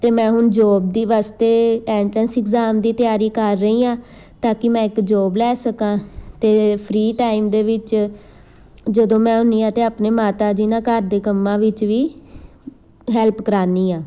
ਅਤੇ ਮੈਂ ਹੁਣ ਜੋਬ ਦੇ ਵਾਸਤੇ ਐਂਟਰੈਂਸ ਇਗਜ਼ਾਮ ਦੀ ਤਿਆਰੀ ਕਰ ਰਹੀ ਹਾਂ ਤਾਂ ਕਿ ਮੈਂ ਇੱਕ ਜੋਬ ਲੈ ਸਕਾਂ ਅਤੇ ਫਰੀ ਟਾਈਮ ਦੇ ਵਿੱਚ ਜਦੋਂ ਮੈਂ ਹੁੰਦੀ ਹਾਂ ਤਾਂ ਆਪਣੇ ਮਾਤਾ ਜੀ ਨਾਲ ਘਰ ਦੇ ਕੰਮਾਂ ਵਿੱਚ ਵੀ ਹੈਲਪ ਕਰਾਉਂਦੀ ਹਾਂ